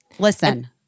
Listen